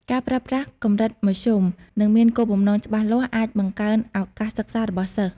ការប្រើប្រាស់កម្រិតមធ្យម និងមានគោលបំណងច្បាស់លាស់អាចបង្កើនឱកាសសិក្សារបស់សិស្ស។